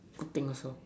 thing also